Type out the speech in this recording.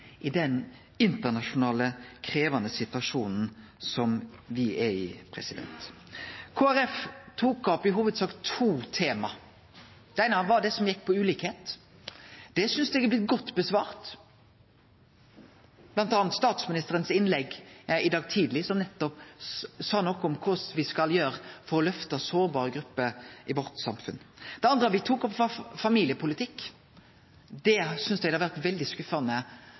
i den internasjonale, krevjande situasjonen som me er i. Kristeleg Folkeparti tok opp i hovudsak to tema. Det eine var det som gjekk på ulikskap. Det synest eg er blitt godt svart på, bl.a. av statsministeren, som i innlegget sitt i dag tidleg nettopp sa noko om kva me skal gjere for å løfte sårbare grupper i samfunnet vårt. Det andre me tok opp, var familiepolitikk. Det synest eg det har vore veldig skuffande